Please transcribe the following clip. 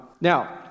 Now